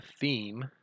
theme